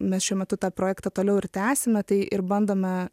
mes šiuo metu tą projektą toliau ir tęsiame tai ir bandome